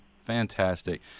Fantastic